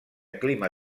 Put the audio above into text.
clima